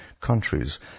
countries